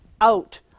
out